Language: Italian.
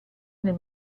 nel